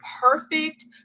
perfect